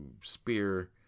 spear